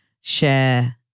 share